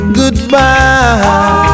goodbye